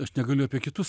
aš negaliu apie kitus